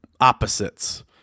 opposites